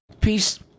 peace